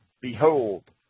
Behold